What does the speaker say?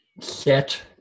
Set